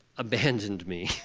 abandoned me.